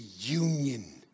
union